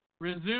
resume